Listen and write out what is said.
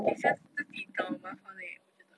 is just 自己找麻烦而已 eh 我觉得